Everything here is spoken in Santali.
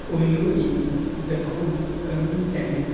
ᱯᱩᱭᱞᱩ ᱤᱧ ᱡᱚᱠᱷᱚᱱ ᱠᱟᱹᱢᱤᱧ ᱥᱮᱱ ᱱᱟ